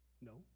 No